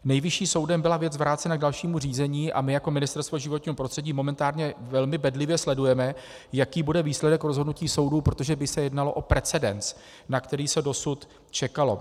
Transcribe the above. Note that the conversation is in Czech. Nejvyšším soudem byla věc vrácena k dalšímu řízení a my jako Ministerstvo životního prostředí momentálně velmi bedlivě sledujeme, jaký bude výsledek rozhodnutí soudu, protože by se jednalo o precedens, na který se dosud čekalo.